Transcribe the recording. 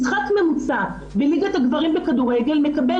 משחק ממוצע בליגת הגברים בכדורגל מקבל